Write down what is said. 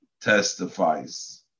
testifies